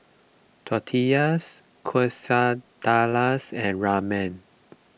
Tortillas Quesadillas and Ramen